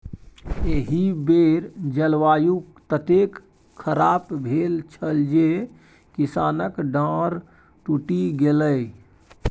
एहि बेर जलवायु ततेक खराप भेल छल जे किसानक डांर टुटि गेलै